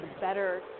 better